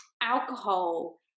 alcohol